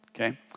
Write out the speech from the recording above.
okay